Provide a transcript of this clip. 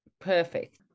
Perfect